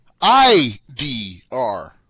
idr